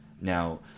Now